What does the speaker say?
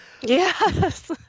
Yes